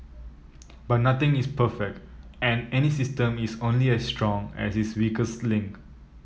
but nothing is perfect and any system is only as strong as its weakest link